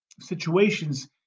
situations